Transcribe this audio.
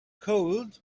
cold